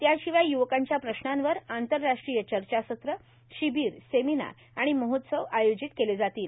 त्याशिवाय य्वकांच्या प्रश्नावर आंतराराष्ट्रीय चर्चासत्र शिबीर सेमिनार आणि महोत्सव आयोजित केले जातील